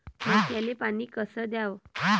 मक्याले पानी कस द्याव?